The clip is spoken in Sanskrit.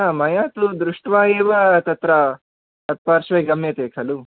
हा मया तु दृष्ट्वा एव तत्र तत्पार्श्वे गम्यते खलु